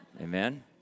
Amen